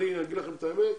אגיד לכם את האמת.